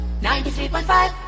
93.5